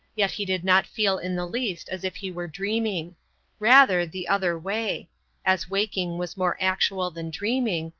yet he did not feel in the least as if he were dreaming rather the other way as waking was more actual than dreaming,